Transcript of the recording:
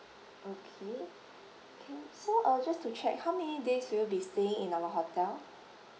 okay can so uh just to check how many days will you be staying in our hotel